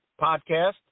podcast